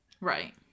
Right